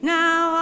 now